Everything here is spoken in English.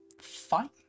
fine